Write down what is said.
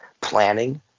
planning